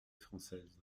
française